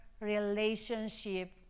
relationship